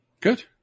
Good